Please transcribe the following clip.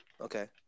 Okay